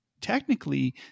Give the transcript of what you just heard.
technically